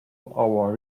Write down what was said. our